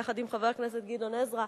יחד עם חבר הכנסת גדעון עזרא,